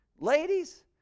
Ladies